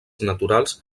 naturals